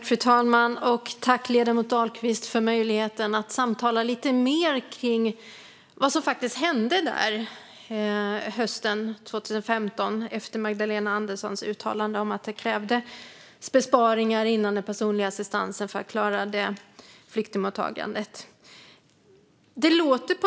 Fru talman! Tack, ledamoten Dahlqvist, för möjligheten att samtala lite mer kring vad som hände hösten 2015 efter Magdalena Anderssons uttalande om att det krävdes besparingar inom den personliga assistansen för att klara flyktingmottagandet.